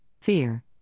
fear